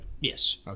Yes